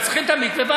צריכים את המקווה?